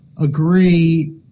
agree